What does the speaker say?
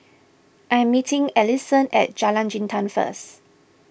I am meeting Ellison at Jalan Jintan first